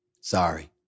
Sorry